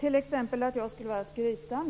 t.ex. att jag skulle vara skrytsam.